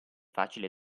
facile